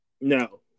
No